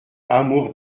amours